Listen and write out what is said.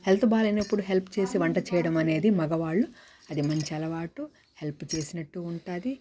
health బాగాలేనప్పుడు help చేసి వంట చేయడం అనేది మగవాళ్ళు అది మంచి అలవాటు హెల్ప్ చేసినట్టు ఉంటుంది